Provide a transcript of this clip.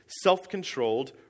self-controlled